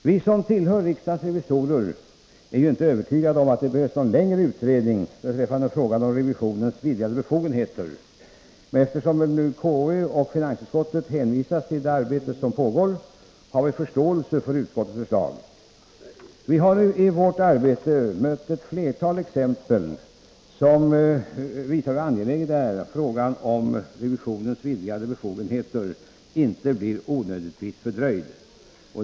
Vi som tillhör riksdagens revisorer är inte övertygade om att det behövs någon längre utredning beträffande frågan om revisionens vidgade befogenheter, men eftersom såväl konstitutionsutskottet som finansutskottet hänvisat till det arbete som pågår har vi förståelse för utskottets förslag. Vi har i vårt arbete mött ett flertal exempel som visar hur angeläget det är att frågan om revisionens vidgade befogenheter inte blir onödigtvis fördröjd.